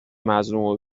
مظلوم